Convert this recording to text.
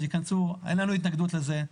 אין לנו התנגדות לזה.